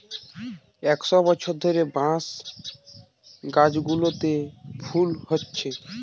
একশ বছর ধরে বাঁশ গাছগুলোতে ফুল হচ্ছে